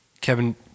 Kevin